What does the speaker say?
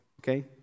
Okay